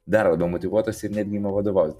dar labiau motyvuotas ir netgi ima vadovauti